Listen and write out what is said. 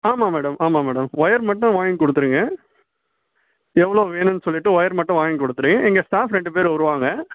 ஆமாம் மேடம் ஆமாம் madam wire மட்டும் வாங்கிக் கொடுத்துருங்க எவ்வளோ வேணும்னு சொல்லிவிட்டு ஒயர் மட்டும் வாங்கிக் கொடுத்துடுங்க எங்கள் ஸ்டாஃப் ரெண்டு பேர் வருவாங்க